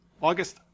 August